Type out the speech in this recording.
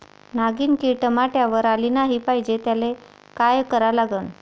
नागिन किड टमाट्यावर आली नाही पाहिजे त्याले काय करा लागन?